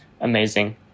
amazing